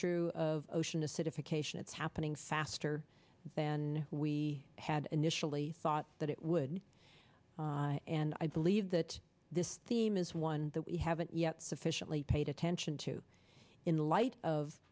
true of ocean acidification it's happening faster than we had initially thought that it would and i believe that this theme is one that we haven't yet sufficiently paid attention to in light of